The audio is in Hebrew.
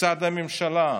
מצד הממשלה?